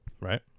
right